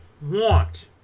want